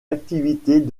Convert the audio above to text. activités